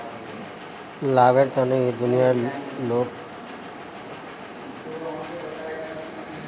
लाभेर तने इ दुनिया भरेर लोग व्यवसाय कर छेक